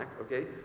okay